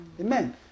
Amen